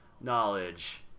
knowledge